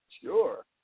Sure